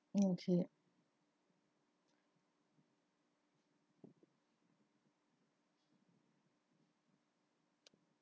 okay